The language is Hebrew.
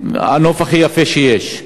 הנוף הכי יפה שיש.